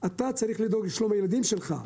אתה חייב לדאוג לשלום הילדים שלך,